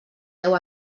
deu